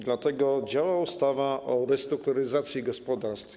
Dlatego działa ustawa o restrukturyzacji gospodarstw.